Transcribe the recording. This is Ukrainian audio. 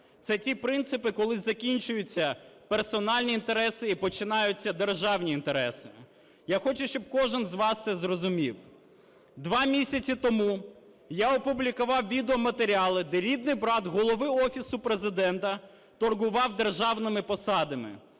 Це ті принципи, коли закінчуються персональні інтереси і починаються державні інтереси. Я хочу, щоб кожен з вас це зрозумів. Два місяці тому я опублікував відеоматеріали, де рідний брат голови Офісу Президента торгував державними посадами.